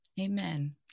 amen